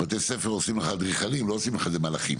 בתי ספר עושים לך אדריכלים לא עושים לך את זה מלאכים.